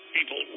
People